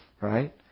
right